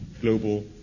global